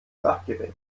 sachgerecht